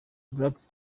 black